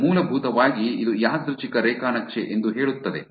ಇದು ಮೂಲಭೂತವಾಗಿ ಇದು ಯಾದೃಚ್ಛಿಕ ರೇಖಾ ನಕ್ಷೆ ಎಂದು ಹೇಳುತ್ತದೆ